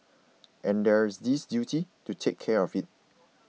and there is this duty to take care of it